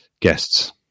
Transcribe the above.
guests